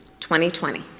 2020